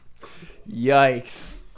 Yikes